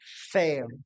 fail